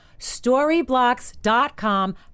storyblocks.com